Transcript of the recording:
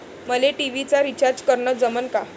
मले टी.व्ही चा रिचार्ज करन जमन का?